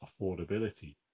affordability